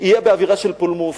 יהיה באווירה של פולמוס.